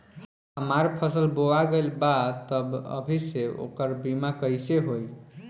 हमार फसल बोवा गएल बा तब अभी से ओकर बीमा कइसे होई?